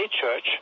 church